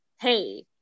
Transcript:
hey